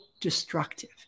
destructive